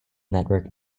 network